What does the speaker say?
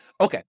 Okay